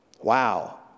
Wow